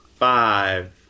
Five